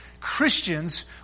Christians